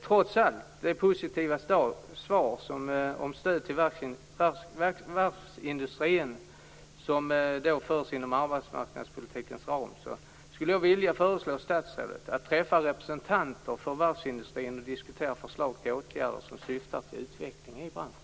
Trots det positiva svar om stöd till varvsindustrin inom arbetmarknadspolitikens ram skulle jag vilja föreslå statsrådet att träffa representanter för varvsindustrin för att diskutera förslag till åtgärder som syftar till utveckling av branschen.